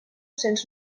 cents